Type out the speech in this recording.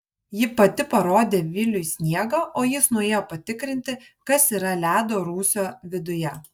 ji pati parodė viliui sniegą o jis nuėjo patikrinti kas yra ledo rūsio viduje